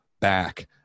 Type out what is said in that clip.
back